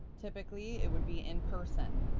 typically, it would be in person,